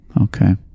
Okay